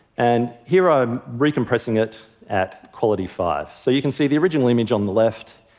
and here i'm re-compressing it at quality five. so you can see the original image on the left,